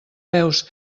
peus